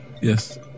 Yes